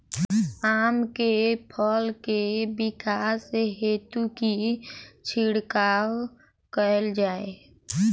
आम केँ फल केँ विकास हेतु की छिड़काव कैल जाए?